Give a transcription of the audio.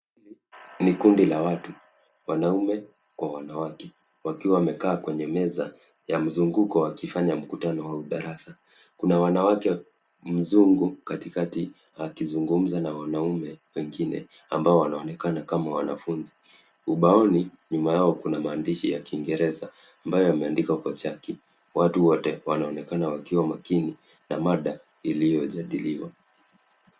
Hili ni kundi la watu, wanaume kwa wanawake, wakiwa wamekaa kwenye meza ya mzunguko wakifanya mkutano au darasa. Kuna wanawake mzungu katikati akizungumza na wanaume wengine ambao wanaonekana kama wanafunzi. Ubaoni, nyuma yao, kuna maandishi ya Kingereza ambayo yameandikwa kwa chaki. Watu wote wanaonekana wakiwa makini na mada iliyojadiliwa.